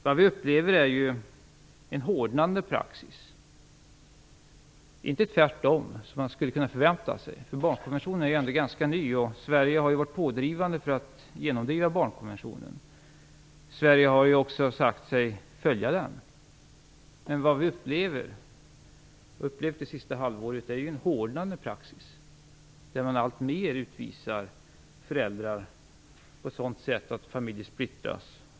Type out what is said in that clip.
Vad vi upplever är en hårdnande praxis, inte tvärtom, som man hade kunnat förvänta sig. barnkonventionen är ju ganska ny och Sverige har varit pådrivande. Det har ju också från svensk sida sagts att vi skall följa den. Men vad vi har upplevt det senaste halvåret är en hårdnande praxis. Alltmer utvisas föräldrar på ett sådant sätt att familjer splittras.